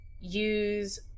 use